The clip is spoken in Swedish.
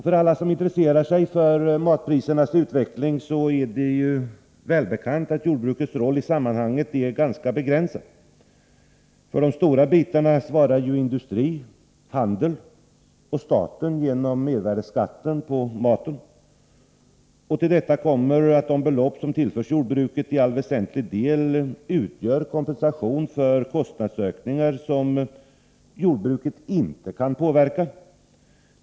För alla som intresserar sig för matprisernas utveckling är det välbekant att jordbrukets roll i sammanhanget är ganska begränsad. För de stora delarna svarar industri, handel och staten genom mervärdeskatt på mat. Till detta kommer att de belopp som tillförs jordbruket i allt väsentligt utgör kompensation för kostnadsökningar, som jordbruket inte kan påverka.